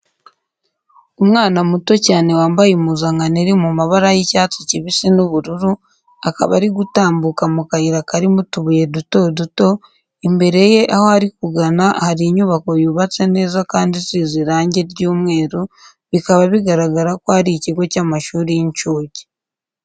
Umwana muto cyane wambaye impuzankano iri mu mabara y'icyasti kibisi n'ubururu, akaba ari gutambuka mu kayira karimo utubuye duto duto, imbere ye aho ari kugana, hari inyubako yubatse neza kandi isize irange ry'umweru bikaba bigaragara ko ari ikigo cy'amashuri y'incuke.